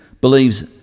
believes